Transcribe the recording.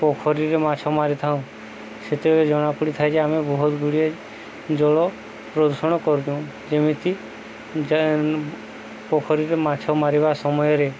ପୋଖରୀରେ ମାଛ ମାରିଥାଉଁ ସେତେବେଳେ ଜଣାପଡ଼ିଥାଏ ଯେ ଆମେ ବହୁତ ଗୁଡ଼ିଏ ଜଳ ପ୍ରଦୂଷଣ କରିଥାଉ ଯେମିତି ଯେ ପୋଖରୀରେ ମାଛ ମାରିବା ସମୟରେ